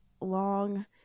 long